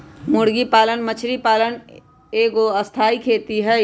मुर्गी पालन मछरी पालन एगो स्थाई खेती हई